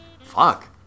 Fuck